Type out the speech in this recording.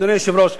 אדוני היושב-ראש,